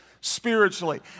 spiritually